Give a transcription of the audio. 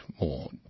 more